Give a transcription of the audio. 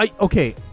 okay